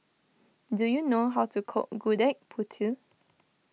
do you know how to cook Gudeg Putih